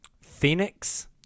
Phoenix